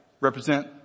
Represent